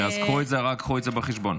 אז רק קחו את זה בחשבון.